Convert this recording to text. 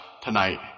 tonight